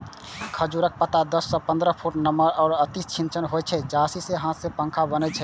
खजूरक पत्ता दस सं पंद्रह फुट नमहर आ अति तीक्ष्ण होइ छै, जाहि सं हाथ पंखा बनै छै